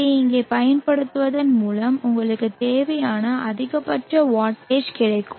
அதை இங்கே பயன்படுத்துவதன் மூலம் உங்களுக்கு தேவையான அதிகபட்ச வாட்டேஜ் கிடைக்கும்